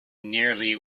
nearly